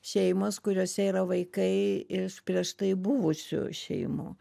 šeimos kuriose yra vaikai iš prieš tai buvusių šeimų